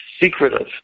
secretive